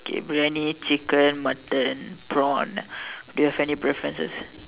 Briyani chicken mutton prawn do you have any preferences